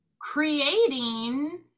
creating